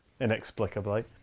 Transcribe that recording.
inexplicably